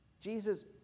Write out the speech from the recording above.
Jesus